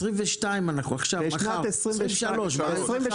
אנחנו עכשיו ב-2022.